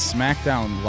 Smackdown